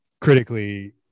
critically